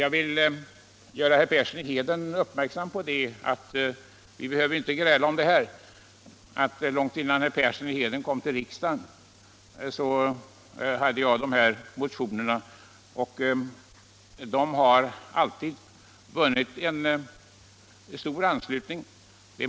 Jag vill bara göra herr Persson i Heden uppmärksam på att jag väckte min motion om detta för första gången långt innan herr Persson i Heden kom till riksdagen. Den har alltid vunnit stor anslutning.